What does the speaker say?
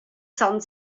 san